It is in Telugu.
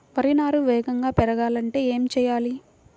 వరి నారు వేగంగా పెరగాలంటే ఏమి చెయ్యాలి?